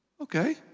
okay